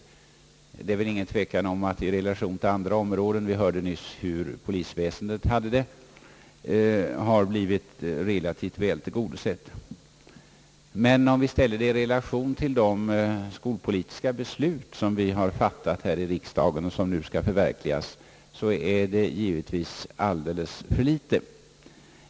Det råder alltså ingen tvekan om att skolväsendet i relation till andra områden — vi hörde nyss hur läget är inom polisväsendet — har blivit väl tillgodosett, men i relation till de skolpolitiska beslut vi fattat i riksdagen och som nu skall förverkligas, är det givetvis alldeles för litet.